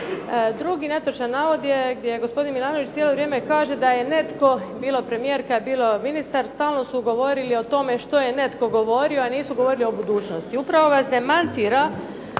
Drugi netočan navod je gdje gospodin Milanović cijelo vrijeme kaže da je netko bilo premijerka, bilo ministar stalno su govorili o tome što je netko govorio, a nisu govorili o budućnosti. Upravo vas demantira